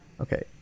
Okay